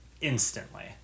instantly